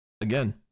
Again